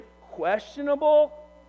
questionable